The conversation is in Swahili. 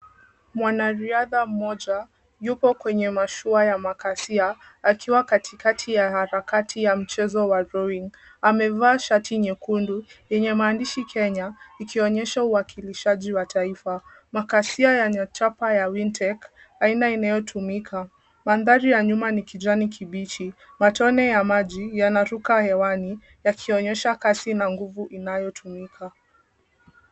Mwanariadha mmoja yupo kwenye mashua ya makasia akiwa katikati ya harakati ya mchezo wa Rowing . Amevaa shati nyekundu, yenye maandishi Kenya ikionyesha uwakilishaji wa taifa. Makasia yenye chapa ya Wintech aina inayotumika. Mandhari ya nyuma ni kijani kibichi, matone ya maji yanaruka hewani yakionyesha kasi na nguvu inayotumika.